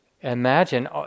imagine